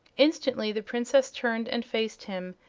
instantly the princess turned and faced him,